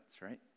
right